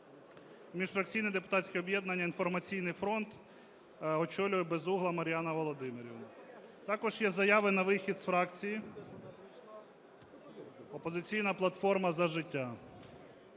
Міжфракційне депутатське об'єднання "Інформаційний фронт", очолює Безугла Мар'яна Володимирівна. Також є заяви на вихід із фракції "Опозиційна платформа - За життя".